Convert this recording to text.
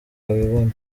wabibona